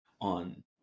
on